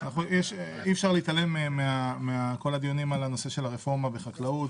אי אפשר להתעלם מכל הדיונים על נושא הרפורמה בחקלאות,